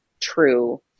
true